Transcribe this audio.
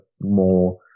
more